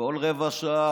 בכל שבוע